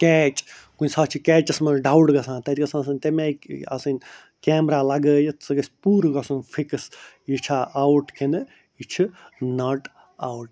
کیچ کُنہِ ساتہٕ چھِ کیچَس منٛز ڈاوُٹ گژھان تَتہِ گژھِ آسٕنۍ تٔمۍ آیہِ آسٕنۍ کٮ۪مرہ لگٲیِتھ سُہ گژھِ پوٗرٕ گژھُن فِکٕس یہِ چھا اَوُٹ کِنہٕ یہِ چھِ نَٹ اَوُٹ